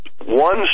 one